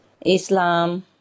Islam